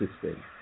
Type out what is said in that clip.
system